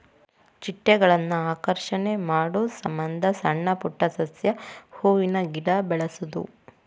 ಚಿಟ್ಟೆಗಳನ್ನ ಆಕರ್ಷಣೆ ಮಾಡುಸಮಂದ ಸಣ್ಣ ಪುಟ್ಟ ಸಸ್ಯ, ಹೂವಿನ ಗಿಡಾ ಬೆಳಸುದು